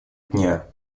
дня